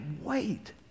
wait